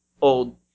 old